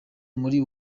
muri